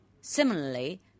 Similarly